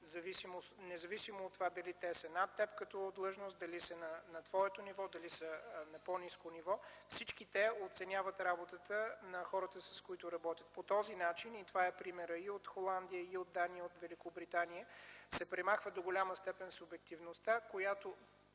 независимо от това дали те са над теб като длъжност, дали са на твоето ниво, дали са на по-ниско ниво, всички те оценяват работата на хората, с които работят. По този начин – това е примера и от Холандия, и от Дания, и от Великобритания, се премахва до голяма степен субективността, която